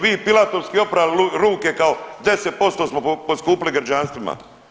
Vi pilatovski oprali ruke kao 10% smo poskupili građanstvima.